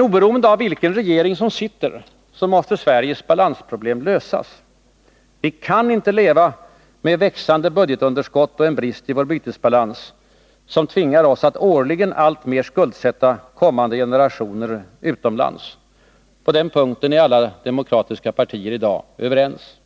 Oberoende av vilken regering som sitter, måste Sveriges balansproblem lösas. Vi kan inte leva med växande budgetunderskott och en brist i vår bytesbalans som tvingar oss att årligen alltmer skuldsätta kommande generationer utomlands — på den punkten är alla demokratiska partier i dag överens.